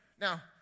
Now